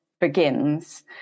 begins